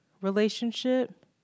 relationship